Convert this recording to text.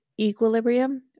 Equilibrium